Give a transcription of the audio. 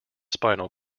spinal